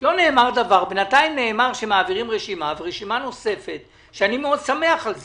אבל לא יכול להיות שמעבירים רשימה נוספת שאין בה